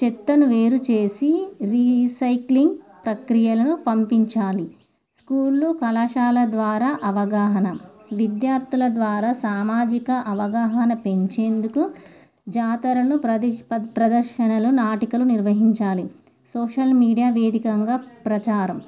చెత్తను వేరుచేసి రీసైక్లింగ్ ప్రక్రియలను పంపించాలి స్కూళ్ళు కళాశాల ద్వారా అవగాహన విద్యార్థుల ద్వారా సామాజిక అవగాహన పెంచేందుకు జాతరలు ప్ర ప్రదర్శనలు నాటికలు నిర్వహించాలి సోషల్ మీడియా వేదికగా ప్రచారం